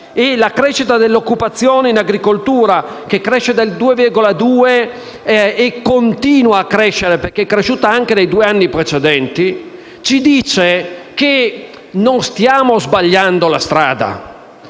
la crescita dell’occupazione in agricoltura del 2,2 per cento (e continua a farlo, perché è cresciuta anche nei due anni precedenti) ci dicono che non stiamo sbagliando la strada.